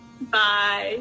Bye